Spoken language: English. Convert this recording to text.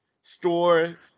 store